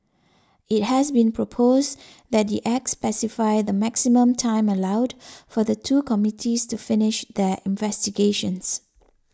it has been proposed that the Act specify the maximum time allowed for the two committees to finish their investigations